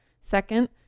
second